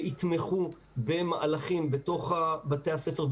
שיתמכו במהלכים בתוך בתי הספר,